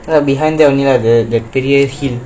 behind the near the பெரிய:periya hill